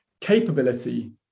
capability